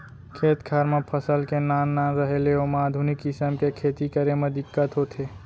खेत खार म फसल के नान नान रहें ले ओमा आधुनिक किसम के खेती करे म दिक्कत होथे